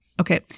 Okay